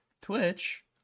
Twitch